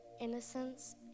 innocence